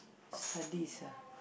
studies ah